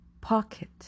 pocket